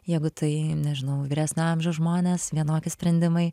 jeigu tai nežinau vyresnio amžiaus žmonės vienokie sprendimai